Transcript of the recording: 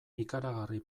ikaragarri